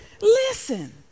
Listen